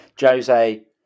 Jose